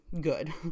good